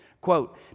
Quote